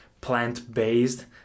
plant-based